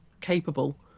capable